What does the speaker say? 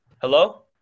Hello